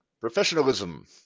Professionalism